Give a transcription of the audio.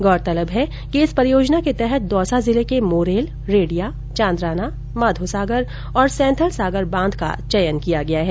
गौरतलब है कि इस परियोजना के तहत दौसा जिले के मोरेल रेडिया चांदराना माधोसागर और सैंथल सागर बांध का चयन किया है